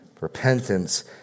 repentance